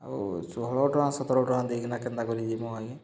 ଆଉ ଷୋହଳ ଟଙ୍କା ସତ୍ର ଟଙ୍କା ଦେଇକିନା କେନ୍ତା କରିି ଯିମୁ ଆଜ୍ଞା